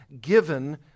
given